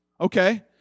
Okay